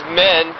men